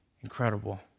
incredible